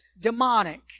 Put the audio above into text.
Demonic